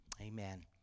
Amen